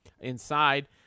inside